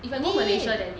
if I go malaysia then need